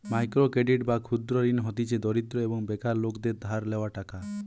micro credit বা ক্ষুদ্র ঋণ হতিছে দরিদ্র এবং বেকার লোকদের ধার লেওয়া টাকা